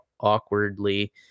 awkwardly